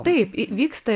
taip vyksta